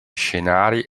scenari